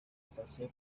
sitasiyo